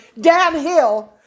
downhill